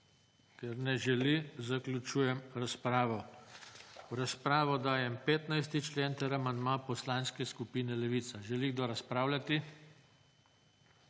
Ker ne želi, zaključujem razpravo. V razpravo dajem 15. člen ter amandma Poslanske skupine Levica. Želi kdo razpravljati?